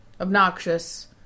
Obnoxious